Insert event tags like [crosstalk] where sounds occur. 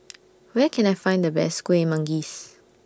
[noise] Where Can I Find The Best Kueh Manggis